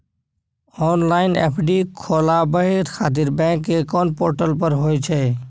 Online FD खोलाबय खातिर bank के कोन पोर्टल पर होए छै?